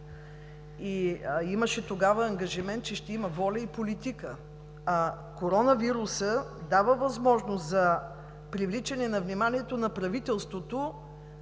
имаше тогава ангажимент, че ще има воля и политика, а коронавирусът дава възможност за привличане на вниманието на правителството,